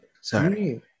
Sorry